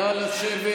נא לשבת.